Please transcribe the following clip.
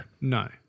No